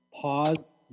pause